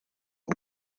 and